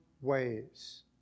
Ways